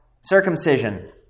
circumcision